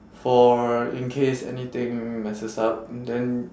for in case anything messes up then